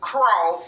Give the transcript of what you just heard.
Crow